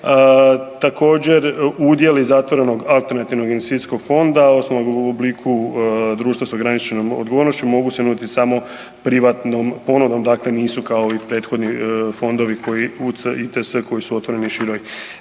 Također, udjeli zatvorenog alternativnog investicijskog fonda osnovanog u obliku društva s ograničenom odgovornošću mogu se nuditi samo privatnom ponudom, dakle nisu kao i prethodni fondovi koji UCITS koji su otvoreni široj